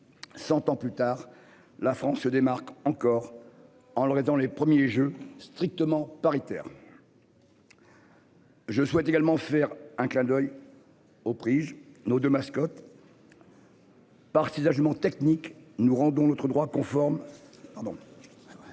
100 ans plus tard, la France se démarque encore en leur dans les premiers jeux strictement paritaires. Je souhaite également faire un clin d'oeil aux prises nos 2 mascotte. Par partisan jument technique nous rendons notre droit conforme pardon.